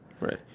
Right